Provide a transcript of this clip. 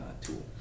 tool